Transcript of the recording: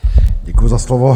Děkuju za slovo.